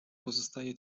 pozostaje